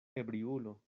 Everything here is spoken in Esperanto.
ebriulo